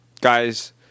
guys